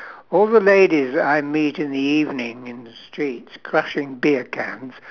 all the ladies I meet in the evening in the streets crushing beer cans